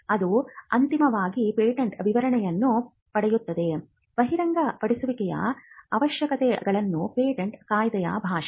ಅದು ಅಂತಿಮವಾಗಿ ಪೇಟೆಂಟ್ ವಿವರಣೆಯನ್ನು ಪಡೆಯುತ್ತದೆ ಬಹಿರಂಗಪಡಿಸುವಿಕೆಯ ಅವಶ್ಯಕತೆಗಳು ಪೇಟೆಂಟ್ ಕಾಯ್ದೆಯ ಭಾಷೆ